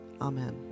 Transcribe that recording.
Amen